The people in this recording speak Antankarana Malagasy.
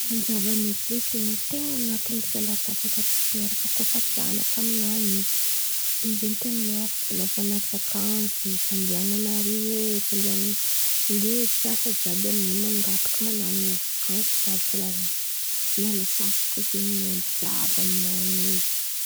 Fanjava ny ôgositra zen̈y ten̈a an̈aty fialantsasatra tanteraka kô fa mpian̈atra aminany io. Io zen̈y ten̈a lera fan̈aovan̈a vakansy, fandian̈ana arÿ hoe fandian̈ana, ndrey mpiasa jiàby aminio mangataka man̈ano vakansy mila miala sasatra zen̈y ain̈y jiàby amin̈any io.